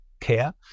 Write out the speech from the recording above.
care